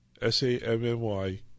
s-a-m-m-y